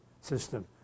system